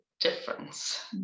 difference